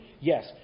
Yes